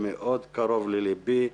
הוא מאוד קרוב לליבי.